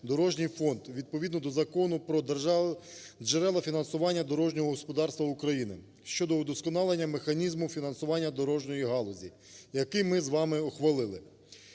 дорожній фонд, відповідно до Закону про джерела фінансування дорожнього господарства України щодо удосконалення механізму фінансування дорожньої галузі, який ми з вами ухвалили.